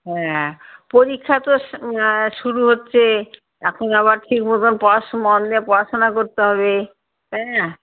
হ্যাঁ পরীক্ষা তো শু শুরু হচ্ছে এখন আবার ঠিক মতন পড়াশো মন দিয়ে পড়াশোনা করতে হবে তাই না